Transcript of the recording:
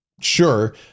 sure